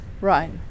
Right